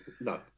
no